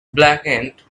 blackened